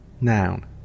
Noun